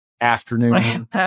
afternoon